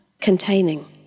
containing